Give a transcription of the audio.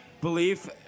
belief